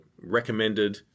recommended